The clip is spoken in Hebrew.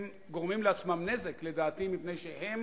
הם גורמים לעצמם נזק, לדעתי, מפני שהם